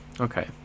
okay